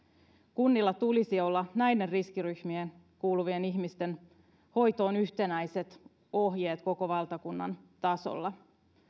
kunnilla tulisi olla näihin riskiryhmiin kuuluvien ihmisten hoitoon yhtenäiset ohjeet koko valtakunnan tasolla